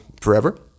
forever